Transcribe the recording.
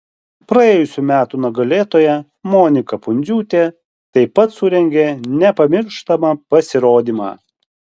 praėjusių metų nugalėtoja monika pundziūtė taip pat surengė nepamirštamą pasirodymą